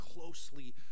closely